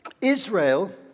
Israel